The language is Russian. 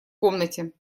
комнате